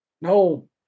No